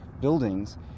buildings